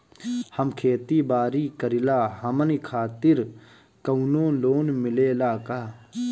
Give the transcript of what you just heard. हम खेती बारी करिला हमनि खातिर कउनो लोन मिले ला का?